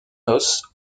noces